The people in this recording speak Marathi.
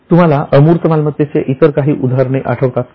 तुम्हाला अमूर्त मालमत्तेचे इतर काही उदाहरण उदाहरणे आठवतात का